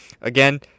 again